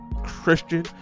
Christian